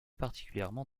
particulièrement